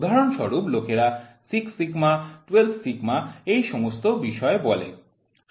উদাহরণস্বরূপ লোকেরা 6σ 12σ এই সমস্ত বিষয়ে বলে